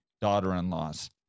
daughter-in-laws